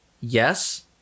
yes